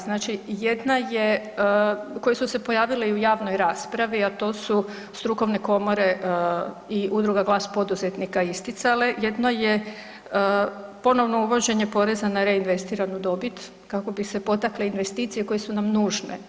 Znači jedna je, koje su se pojavile i u javnoj raspravi, a to su strukovne komore i Udruga Glas poduzetnika isticale, jedno je ponovno uvođenje poreza na reinvestiranu dobit kako bi se potakle investicije koje su nam nužne.